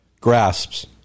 grasps